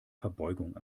verbeugung